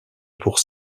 pour